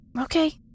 Okay